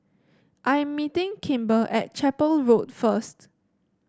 I am meeting Kimber at Chapel Road first